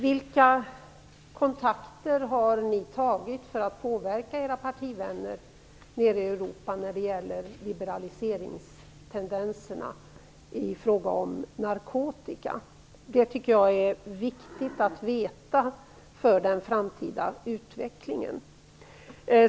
Vilka kontakter har ni tagit för att påverka era partivänner i Europa när det gäller liberaliseringstendenserna i fråga om narkotika? Jag tycker att det är viktigt att få veta detta inför den framtida utvecklingen.